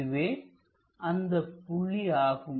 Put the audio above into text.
இதுவே அந்த புள்ளி ஆகும்